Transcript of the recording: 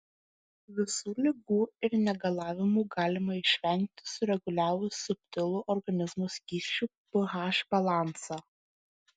visų ligų ir negalavimų galima išvengti sureguliavus subtilų organizmo skysčių ph balansą